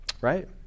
Right